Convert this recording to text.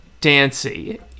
Dancy